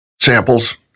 samples